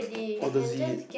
or the Z